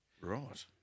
Right